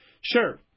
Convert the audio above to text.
Sure